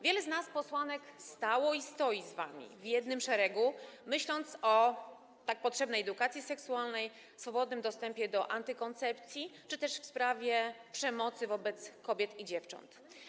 Wiele z nas posłanek stało i stoi z wami w jednym szeregu, myśląc o tak potrzebnej edukacji seksualnej, swobodnym dostępie do antykoncepcji czy też w sprawie przemocy wobec kobiet i dziewcząt.